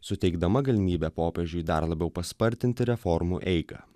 suteikdama galimybę popiežiui dar labiau paspartinti reformų eigą